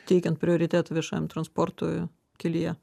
teikiant prioritetą viešajam transportui kelyje